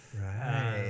Right